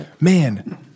Man